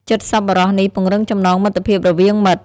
ចិត្តសប្បុរសនេះពង្រឹងចំណងមិត្តភាពរវាងមិត្ត។